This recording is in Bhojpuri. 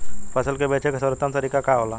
फसल के बेचे के सर्वोत्तम तरीका का होला?